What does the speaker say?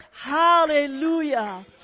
Hallelujah